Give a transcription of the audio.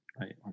right